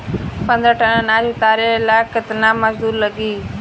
पन्द्रह टन अनाज उतारे ला केतना मजदूर लागी?